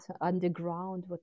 underground